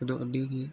ᱠᱚᱫᱚ ᱟᱹᱰᱤ ᱜᱮ